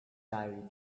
diary